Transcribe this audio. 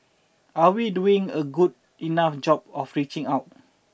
are we doing a good enough job of reaching out